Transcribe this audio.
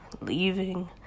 leaving